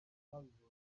bayibonye